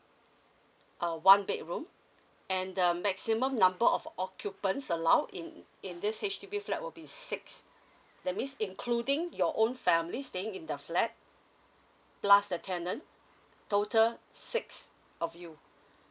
a one bedroom and the maximum number of occupants allowed in in this H_D_B flat will be six that miss including your own family staying in the flat plus the tenant total six of you